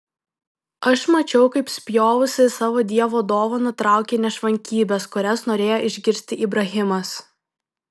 aš mačiau kaip spjovusi į savo dievo dovaną traukei nešvankybes kurias norėjo išgirsti ibrahimas